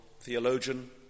theologian